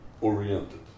oriented